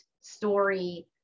story